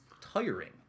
tiring